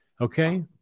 Okay